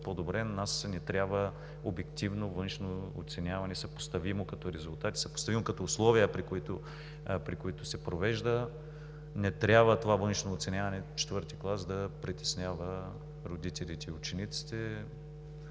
нас ни трябва обективно външно оценяване, съпоставимо като резултати, съпоставимо като условия, при които се провежда. Не трябва това външно оценяване в ІV клас да притеснява родителите и учениците